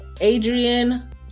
Adrian